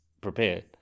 prepared